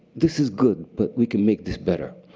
this is good, but we can make this better.